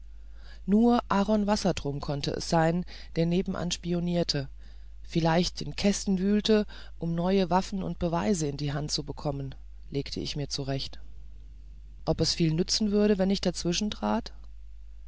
nur aaron wassertrum konnte es sein der da nebenan spionierte vielleicht in kästen wühlte um neue waffen und beweise in die hand zu bekommen legte ich mir zurecht ob es viel nützen würde wenn ich